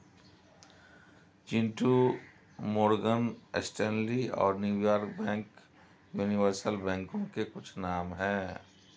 Chintu Morgan Stanley और New York bank universal बैंकों के कुछ नाम है